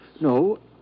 No